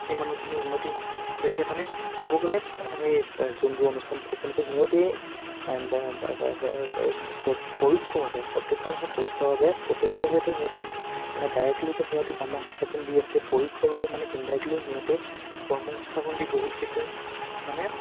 সেই মানুহখিনিৰ উন্নতি হৈছে মানে ক'ব গ'লে সেই যোনবোৰ অনুষ্ঠান প্ৰতিষ্ঠান আছে সিহঁতেই পৰোক্ষভাৱে প্ৰত্যক্ষ নহয় পৰোক্ষভাৱে প্ৰত্যক্ষভাৱেতো সিহঁতে মানে ডাইৰেক্টলিতো সিহঁতে কৰ্মসংস্থাপন দি আছে পৰোক্ষভাৱে মানে ইণ্ডাইৰেক্টলিও সিহঁতে কৰ্মসংস্থাপন দি বহুতখিনি মানে